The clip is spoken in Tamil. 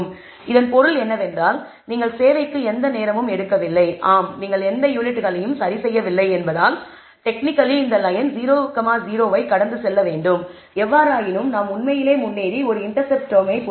இதன் பொருள் என்னவென்றால் நீங்கள் சேவைக்கு எந்த நேரமும் எடுக்கவில்லை ஆம் நீங்கள் எந்த யூனிட்களையும் சரிசெய்யவில்லை என்பதால் டெக்னிக்கலி இந்த லயன் 0 0 ஐ கடந்து செல்ல வேண்டும் எவ்வாறாயினும் நாம் உண்மையிலேயே முன்னேறி ஒரு இன்டர்செப்ட் டெர்ம் பொருத்தினோம்